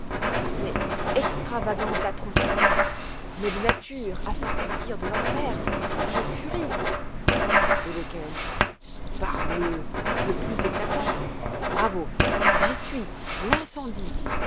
mais extravagant d'atrocité mais de nature à faire sortir de l'enfer toutes les furies et lequel parbleu le plus éclatant bravo j'y suis l'incendie